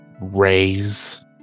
raise